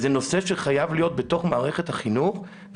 זה נושא שחייב להיות בתוך מערכת החינוך.